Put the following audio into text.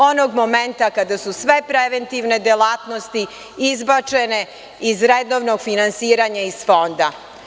Onog momenta kada su sve preventivne delatnosti izbačena iz redovnog finansiranja iz Fonda.